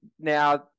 now